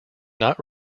not